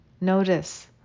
Notice